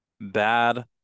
bad